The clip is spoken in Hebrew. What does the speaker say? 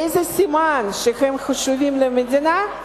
איזה סימן שהם חשובים למדינה,